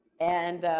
and